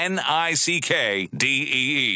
N-I-C-K-D-E-E